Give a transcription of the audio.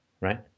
right